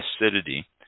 acidity